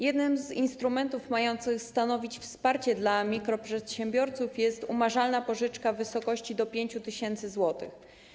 Jednym z instrumentów mających stanowić wsparcie dla mikroprzedsiębiorców jest umarzalna pożyczka w wysokości do 5 tys. zł.